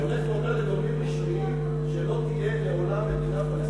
הולך ואומר לגורמים רשמיים שלא תהיה לעולם מדינה פלסטינית,